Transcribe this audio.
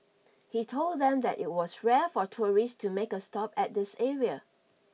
he told them that it was rare for tourists to make a stop at this area